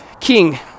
King